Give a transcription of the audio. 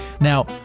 now